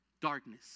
darkness